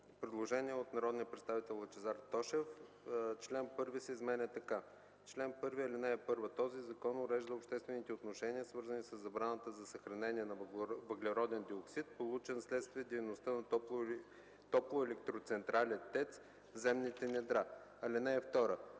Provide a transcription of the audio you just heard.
предложение от народния представител Лъчезар Тошев: 1. Член 1 се изменя така: „Чл. 1. (1) Този закон урежда обществените отношения, свързани със забраната за съхранение на въглероден диоксид, получен вследствие на дейността на топлоелектроцентрали (ТЕЦ) в земните недра. (2) В